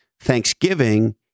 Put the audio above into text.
Thanksgiving